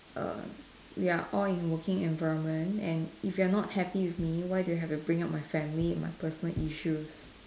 err we are all in working environment and if you are not happy with me why do you have to bring up my family and my personal issues